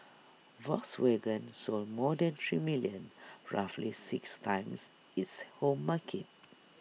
Volkswagen sold more than three million roughly six times its home market